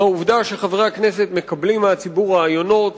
מהעובדה שחברי הכנסת מקבלים מהציבור רעיונות,